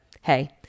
hey